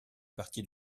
partie